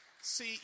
See